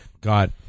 got